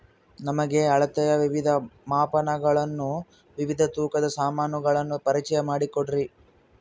ನಮಗೆ ಅಳತೆಯ ವಿವಿಧ ಮಾಪನಗಳನ್ನು ವಿವಿಧ ತೂಕದ ಸಾಮಾನುಗಳನ್ನು ಪರಿಚಯ ಮಾಡಿಕೊಡ್ರಿ?